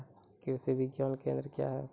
कृषि विज्ञान केंद्र क्या हैं?